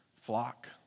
flock